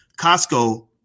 Costco